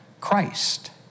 Christ